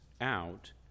out